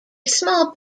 small